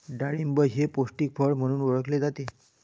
डाळिंब हे पौष्टिक फळ म्हणून ओळखले जाते